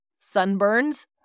sunburns